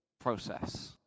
process